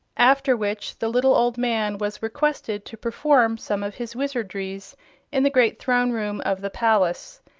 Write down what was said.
after which the little old man was requested to perform some of his wizardries in the great throne room of the palace.